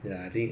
then is